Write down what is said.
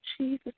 Jesus